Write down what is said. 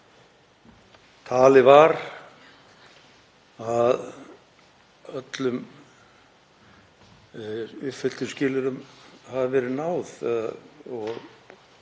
talið var að öllum uppfylltum skilyrðum hefði verið náð.